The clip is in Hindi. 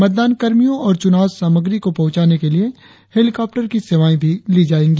मतदान कर्मियो और चुनाव सामग्री को पहुचाने के लिए हैलीकाप्टर की सेवाये भी ली जायेगी